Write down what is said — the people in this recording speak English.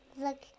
Look